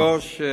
אדוני היושב-ראש,